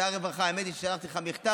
שר הרווחה, האמת היא ששלחתי לך מכתב,